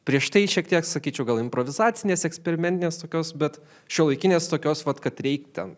prieš tai šiek tiek sakyčiau gal improvizacinės eksperimentinės tokios bet šiuolaikinės tokios vat kad reik ten